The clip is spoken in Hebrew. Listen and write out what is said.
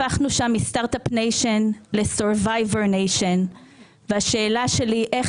הפכנו שם מסטארט אפ ניישן לסורבייבר ניישן והשאלה שלי איך